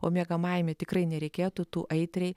o miegamajame tikrai nereikėtų tų aitriai